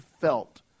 felt